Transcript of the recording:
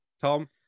Tom